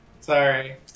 Sorry